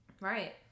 right